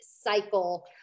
cycle